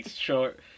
short